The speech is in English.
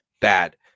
bad